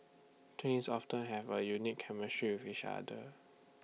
twins often have A unique chemistry with each other